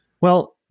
Well-